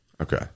Okay